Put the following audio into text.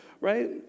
right